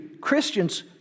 Christians